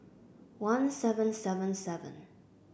one seven seven seven